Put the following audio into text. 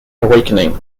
awakening